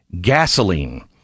Gasoline